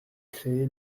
créé